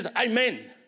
Amen